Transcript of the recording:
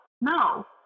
no